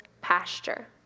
pasture